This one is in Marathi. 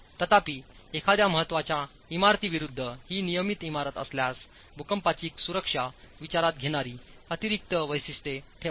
तथापि एखाद्या महत्वाच्या इमारती विरूद्ध ही नियमित इमारत असल्यास भूकंपाची सुरक्षा विचारात घेणारी अतिरिक्त वैशिष्ट्ये ठेवा